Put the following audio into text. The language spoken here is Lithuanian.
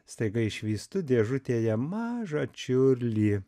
staiga išvystu dėžutėje mažą čiurlį